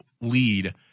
lead